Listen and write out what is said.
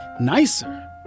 nicer